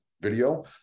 video